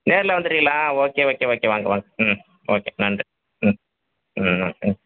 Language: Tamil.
நேரில் வந்துடுறீகளா ஓகே ஓகே ஓகே வாங்க வாங்க ம் ஓகே நன்றி ம் ம் ஓகே